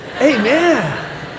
amen